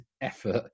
effort